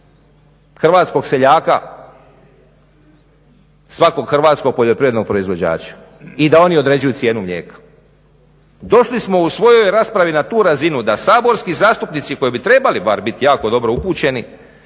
hrvatskog seljaka, svakog hrvatskog poljoprivrednog proizvođača i da oni određuju cijenu mlijeka. Došli smo u svojoj raspravi na tu razinu da saborski zastupnici koji bi trebali biti bar jako dobro upućeni